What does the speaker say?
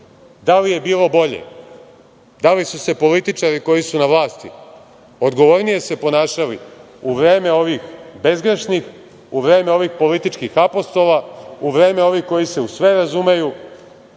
da li je bilo bolje, da li su se političari koji su na vlasti odgovornije ponašali u vreme ovih bezgrešnih, u vreme ovih političkih apostola, u vreme ovih koji se u sve razumeju,